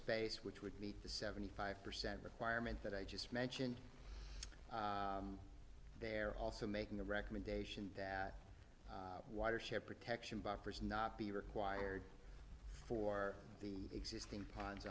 space which would meet the seventy five percent requirement that i just mentioned they're also making a recommendation that watershed protection buffers not be required for the existing p